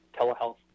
Telehealth